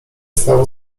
stało